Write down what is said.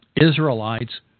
Israelites